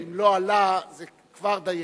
אם לא עלה, זה כבר דיינו.